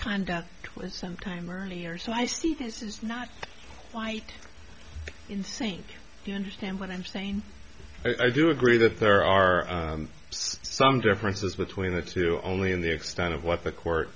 clear sometime earlier so i see this is not quite in sync if you understand what i'm saying i do agree that there are some differences between the two only in the extent of what the court